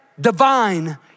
divine